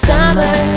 Summer